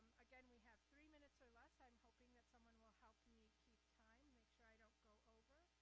again, we have three minutes or less. i'm hoping that someone will help me time, make sure i don't go over.